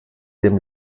dem